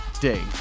day